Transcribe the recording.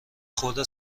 خورده